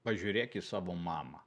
pažiūrėk į savo mamą